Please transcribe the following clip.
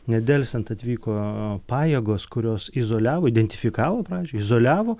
nedelsiant atvyko pajėgos kurios izoliavo identifikavo pradžioj izoliavo